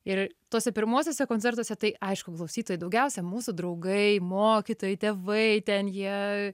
ir tuose pirmuosiuose koncertuose tai aišku klausytojai daugiausia mūsų draugai mokytojai tėvai ten jie